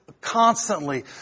constantly